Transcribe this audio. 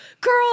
girl